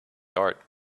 art